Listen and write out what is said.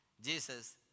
Jesus